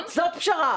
זאת פשרה.